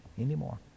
anymore